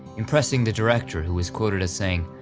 impressing the director who was quoted as saying,